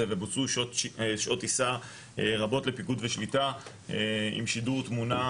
ובוצעו שעות טיסה רבות לפיקוד ושליטה עם שידור תמונה